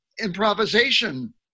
improvisation